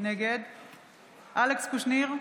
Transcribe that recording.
נגד אלכס קושניר,